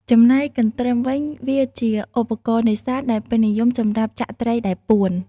ចំណែកកន្ទ្រឹមវិញ វាជាឧបករណ៍នេសាទដែលពេញនិយមសម្រាប់ចាក់ត្រីដែលពួន។